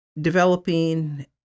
developing